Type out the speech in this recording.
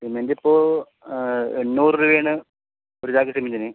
സിമെൻറ്റിപ്പോൾ എണ്ണൂറു രൂപയാണ് ഒരു ചാക്ക് സിമെൻറ്റിന്